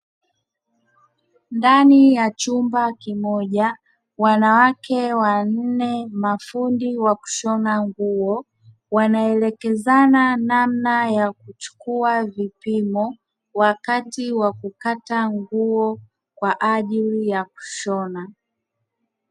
Ndani ya chumba kimoja, wanawake wanne mafundi wa kushona nguo wanaelekezana namna ya kuchukua vipimo, wakati wa kukata nguo kwa ajili ya kushona.